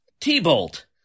T-Bolt